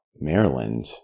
maryland